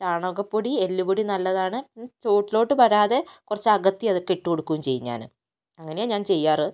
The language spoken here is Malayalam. ചാണകപ്പൊടി എല്ല് പൊടി നല്ലതാണ് പിന്നെ ചുവട്ടിലോട്ട് വരാതെ കുറച്ച് അകത്തി അത് ഒക്കെ ഇട്ട് കൊടുക്കും ചെയ്യും ഞാൻ അങ്ങനെ ഞാൻ ചെയ്യാറ്